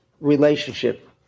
relationship